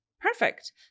perfect